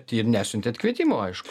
ir nesiuntėt kvietimo aišku